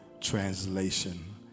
Translation